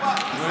האוטו,